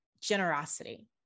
generosity